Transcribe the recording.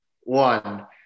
one